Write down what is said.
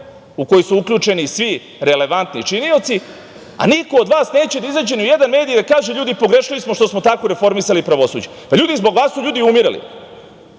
u koji su uključeni svi relevantni činioci, a niko od vas neće da izađe ni u jedan medije, kaže ljudi pogrešili smo što smo tako reformisali pravosuđe. Pa, ljudi zbog vas su ljudi umirali,